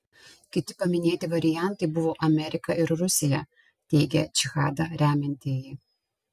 kiti paminėti variantai buvo amerika ir rusija teigia džihadą remiantieji